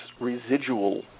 residual